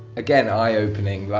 again, eye-opening,